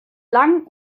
lang